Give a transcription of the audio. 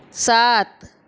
سات